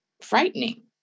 frightening